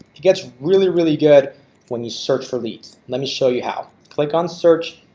to gets really really good when you search for least, let me show you how click on search.